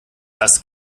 das